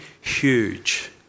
huge